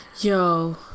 yo